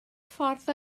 ffordd